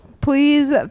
Please